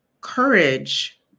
courage